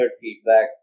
feedback